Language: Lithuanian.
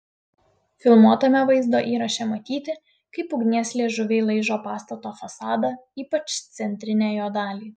filmuotame vaizdo įraše matyti kaip ugnies liežuviai laižo pastato fasadą ypač centrinę jo dalį